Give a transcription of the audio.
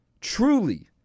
truly